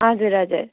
हजुर हजुर